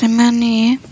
ସେମାନେ